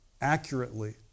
accurately